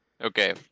Okay